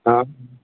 हँ